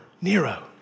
Nero